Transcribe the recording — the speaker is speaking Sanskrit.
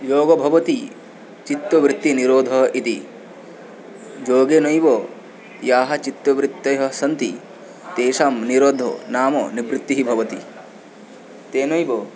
योग भवति चित्तवृत्तिनिरोधः इति योगेनैव याः चित्तवृत्तयः सन्ति तेषां निरोधो नाम निवृत्तिः भवति तेनैव